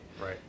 Right